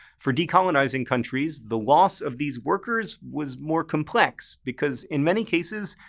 for decolonizing countries, the loss of these workers was more complex, because in many cases,